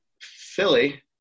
Philly